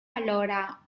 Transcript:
allora